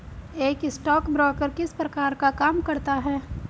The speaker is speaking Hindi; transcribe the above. एक स्टॉकब्रोकर किस प्रकार का काम करता है?